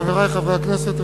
חברי חברי הכנסת,